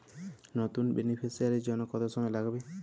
নতুন বেনিফিসিয়ারি জন্য কত সময় লাগবে?